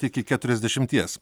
iki keturiasdešimties